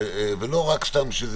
ולא רק סתם.